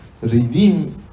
Redeem